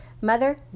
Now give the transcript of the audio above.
Mother